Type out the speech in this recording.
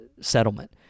settlement